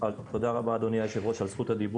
בברדק ואנחנו ננסה לקבל תשובות.